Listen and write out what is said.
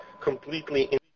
completely